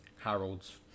Harold's